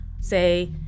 say